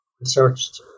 researched